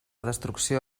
destrucció